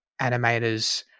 animators